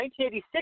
1986